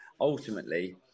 ultimately